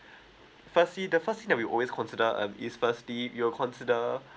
firstly the first thing that we always consider um is firstly we will consider